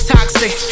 Toxic